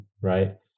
right